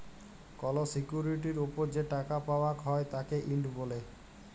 call সিকিউরিটির ওপর যে টাকা পাওয়াক হ্যয় তাকে ইল্ড ব্যলে